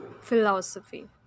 philosophy